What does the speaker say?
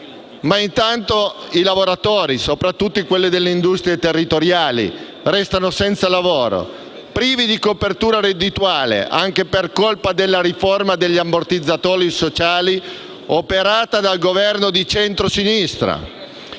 ma intanto i lavoratori, soprattutto quelle delle industrie territoriali, restano senza lavoro, privi di copertura reddituale anche per colpa della riforma degli ammortizzatori sociali operata dal Governo di centrosinistra.